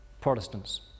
Protestants